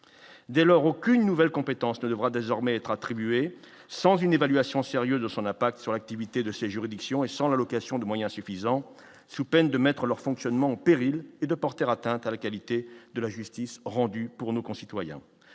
dès lors aucune nouvelle compétence ne devra désormais être attribué sans une évaluation sérieuse de son apathie sur l'activité de ces juridictions et sans l'allocation de moyens suffisants, sous peine de mettre leur fonctionnement en péril et de porter atteinte à la qualité de la justice rendue pour nos concitoyens,